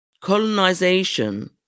colonization